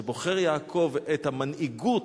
כשבוחר יעקב את המנהיגות,